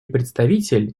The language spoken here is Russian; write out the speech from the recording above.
представитель